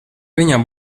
viņam